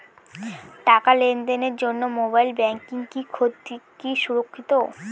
টাকা লেনদেনের জন্য মোবাইল ব্যাঙ্কিং কি সুরক্ষিত?